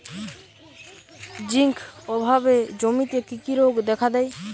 Zinc অভাবে জমিতে কি কি রোগ দেখাদেয়?